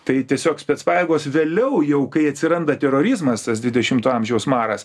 tai tiesiog specpajėgos vėliau jau kai atsiranda terorizmas tas dvidešimto amžiaus maras